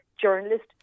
journalist